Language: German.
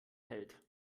hält